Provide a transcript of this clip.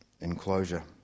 enclosure